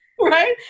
Right